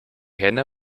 henne